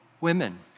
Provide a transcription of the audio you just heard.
women